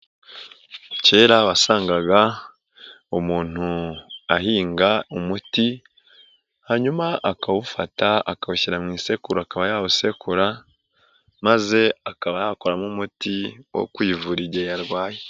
Kera wasangaga umuntu ahinga umuti hanyuma akawufata akawushyira mu isekuru akaba yawusekura, maze akaba yakoramo umuti wo kwivura igihe yarwaye.